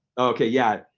okay, yeah.